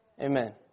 Amen